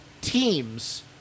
teams